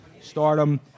Stardom